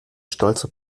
stolzer